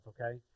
okay